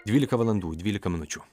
dvylika valandų dvylika minučių